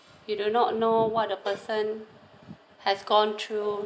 you do not know what the person has gone through